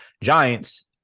giants